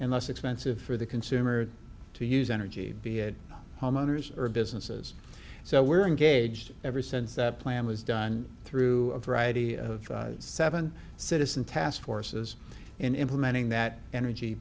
and less expensive for the consumer to use energy be it home owners or businesses so we're engaged ever since that plan was done through a variety of seven citizen task forces in implementing that energy